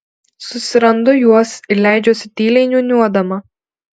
susirandu juos ir leidžiuosi tyliai niūniuodama